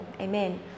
Amen